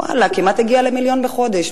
ואללה, מגיע כמעט למיליון בחודש.